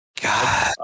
god